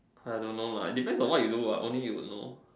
I don't know lah depends on what you do what only you would know